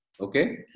Okay